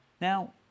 Now